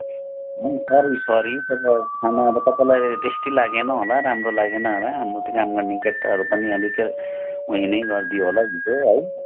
sorry sorry तपाईँहरू खानाहरू तपाईँलाई टेस्टी लागेन होला राम्रो लागेन होला हाम्रो त्यो काम गर्ने केटाहरू पनि अलिक उयो नै गरिदियो होला हुनु चाहिँ है